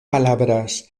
palabras